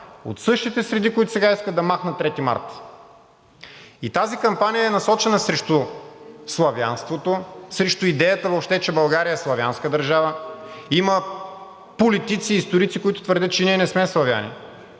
от същите среди, които сега искат да махнат 3 март. Тази кампания е насочена срещу славянството, срещу идеята въобще, че България е славянска държава. Има политици и историци, които твърдят, че ние не сме славяни,